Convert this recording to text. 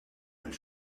għal